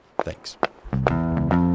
thanks